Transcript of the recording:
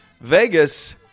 Vegas